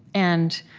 and